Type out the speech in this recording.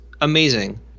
amazing